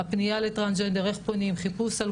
הפנייה לטרנסג'נדר,